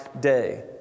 day